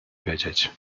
wiedzieć